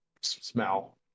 smell